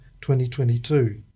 2022